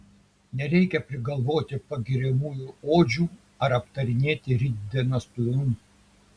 nereikia prigalvoti pagiriamųjų odžių ar aptarinėti rytdienos planų